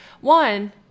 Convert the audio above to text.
One